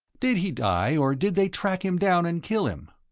did he die or did they track him down and kill him?